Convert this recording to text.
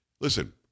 listen